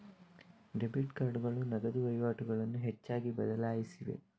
debit ಕಾರ್ಡುಗಳು ನಗದು ವಹಿವಾಟುಗಳನ್ನು ಹೆಚ್ಚಾಗಿ ಬದಲಾಯಿಸಿವೆ